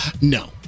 No